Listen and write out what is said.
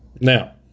Now